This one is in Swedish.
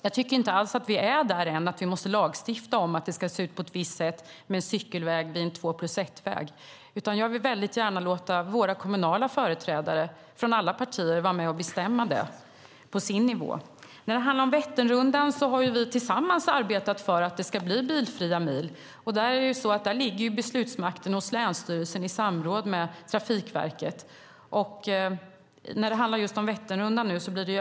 Jag tycker inte alls att vi är där än att vi måste lagstifta om att det ska se ut på ett visst sätt med cykelväg vid en två-plus-ett-väg, utan jag vill gärna låta våra kommunala företrädare från alla partier vara med och bestämma på sin nivå. När det handlar om Vätternrundan har vi tillsammans arbetat för att det ska bli bilfria mil. Beslutsmakten ligger hos länsstyrelsen i samråd med Trafikverket.